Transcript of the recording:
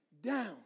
down